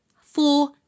Four